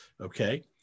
okay